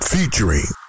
Featuring